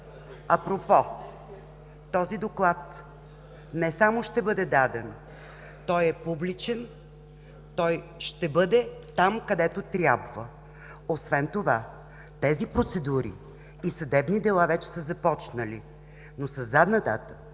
Апропо, този доклад не само ще бъде даден, той е публичен, той ще бъде там, където трябва. Освен това процедури и съдебни дела вече са започнали. Но със задна дата,